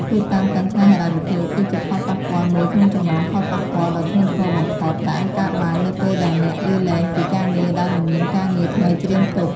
ភាពតានតឹងផ្នែកហិរញ្ញវត្ថុ គឺជាផលប៉ះពាល់មួយក្នុងចំណោមផលប៉ះពាល់ដ៏ធ្ងន់ធ្ងរបំផុត ដែលអាចកើតឡើងនៅពេលអ្នកលាលែងពីការងារដោយមិនមានការងារថ្មីត្រៀមទុក។